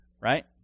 right